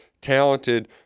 talented